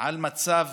על מצב